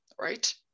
right